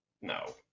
No